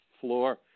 floor